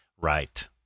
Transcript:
Right